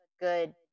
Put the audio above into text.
good